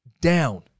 down